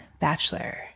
bachelor